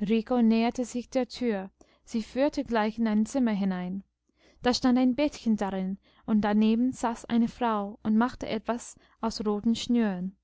näherte sich der tür sie führte gleich in ein zimmer hinein da stand ein bettchen darin und daneben saß eine frau und machte etwas aus roten schnüren